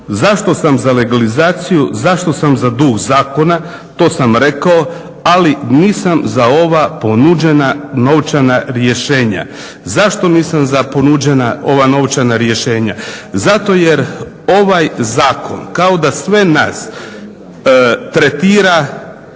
Zašto sam za legalizaciju, zašto sam za duh zakona? To sam rekao. Ali nisam za ova ponuđena novčana rješenja. Zašto nisam za ponuđena ova novčana rješenja? Zato jer ovaj zakon kao da sve nas tretira